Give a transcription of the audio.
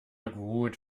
gut